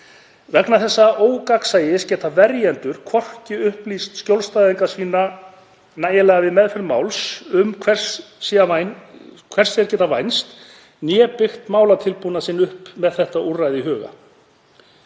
Vegna þessa ógagnsæis geta verjendur hvorki upplýst skjólstæðinga sína nægilega, við meðferð máls, um hvers þeir geta vænst né byggt málatilbúnað sinn upp með þetta úrræði í huga.